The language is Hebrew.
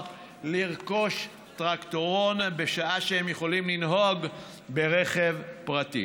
לרכוש טרקטורון בשעה שהם יכולים לנהוג ברכב פרטי.